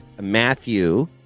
Matthew